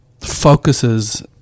focuses